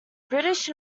british